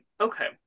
Okay